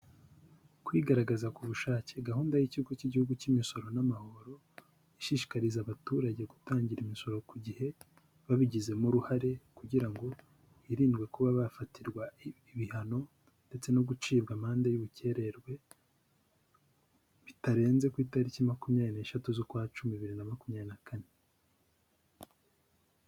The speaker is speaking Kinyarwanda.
Kwigaragaza ku bushake, gahunda y'ikigo cy'igihugu cy'imisoro n'amahoro, ishishikariza abaturage gutangira imisoro ku gihe, babigizemo uruhare kugira ngo hirindwe kuba bafatirwa ibihano ndetse no gucibwa amande y'ubukererwe, bitarenze ku itariki makumyabiri n'eshatu z'ukwa Cumi bibiri na makumyabiri kane.